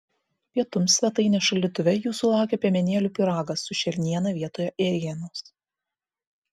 pietums svetainės šaldytuve jūsų laukia piemenėlių pyragas su šerniena vietoje ėrienos